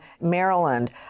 Maryland